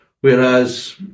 Whereas